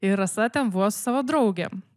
ir rasa ten buvo su savo draugėm